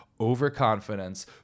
overconfidence